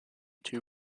two